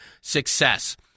success